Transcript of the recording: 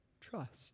trust